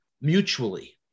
mutually